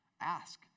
Ask